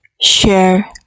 share